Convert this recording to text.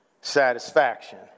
satisfaction